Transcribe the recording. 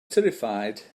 terrified